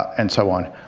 and so on.